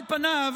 על פניו